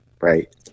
Right